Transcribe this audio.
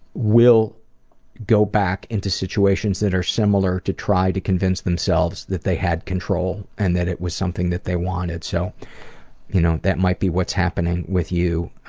will go back into situations that are similar to try to convince themselves that they had control and that it was something that they wanted, so you know that might be what's happening with you.